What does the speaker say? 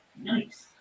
Nice